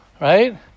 right